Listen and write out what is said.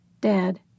Dad